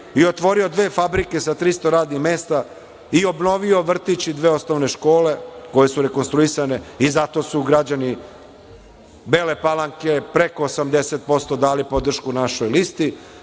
i otvori dve fabrike sa 300 radinih mesta i obnovio vrtić i dve osnovne škole, koje su rekonstruisane. Zato su građani Bele Palanke, preko 80%, dali podršku našoj listi.